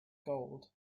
gold